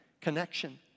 connection